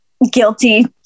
Guilty